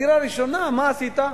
הדירה הראשונה, מה עשית?